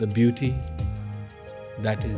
the beauty that is